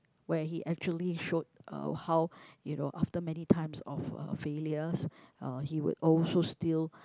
where he actually showed uh how you know after many times of uh failures uh he would also still